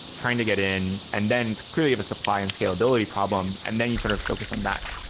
trying to get in and then it's clearly of a supply and scalability problem, and then you sort of focus on that.